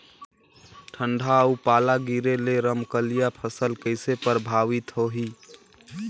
ठंडा अउ पाला गिरे ले रमकलिया फसल कइसे प्रभावित होही?